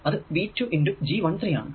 അത് V 2 G 13 ആണ്